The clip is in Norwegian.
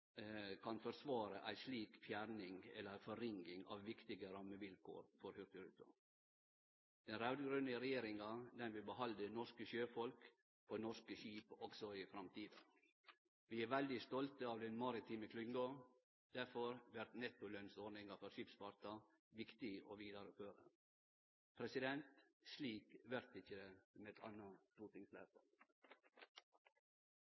kan forsvare ei slik fjerning eller forringing av viktige rammevilkår for Hurtigruta. Den raud-grønne regjeringa vil behalde norske sjøfolk på norske skip også i framtida. Vi er veldig stolte av den maritime klynga. Derfor vert nettolønnsordninga for skipsfarten viktig å vidareføre. Slik vert det ikkje med eit anna